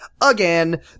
again